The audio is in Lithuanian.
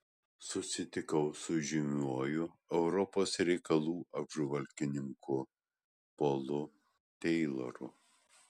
susitikau su įžymiuoju europos reikalų apžvalgininku polu teiloru